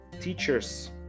teachers